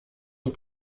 und